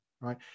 right